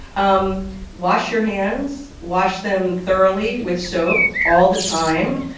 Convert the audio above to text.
um wash your hands. wash them thoroughly with soap all the time.